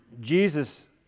Jesus